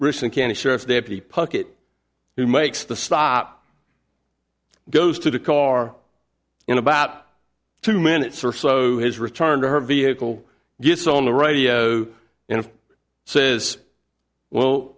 deputy puckett who makes the stop goes to the car in about two minutes or so has returned to her vehicle gets on the radio and says well